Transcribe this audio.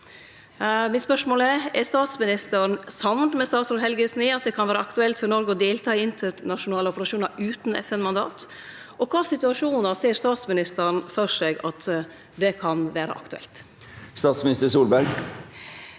Er statsministeren samd med statsråd Helgesen i at det kan vere aktuelt for Noreg å delta i internasjonale operasjonar utan FN-mandat? I kva situasjonar ser statsministeren for seg at dette kan vere aktuelt?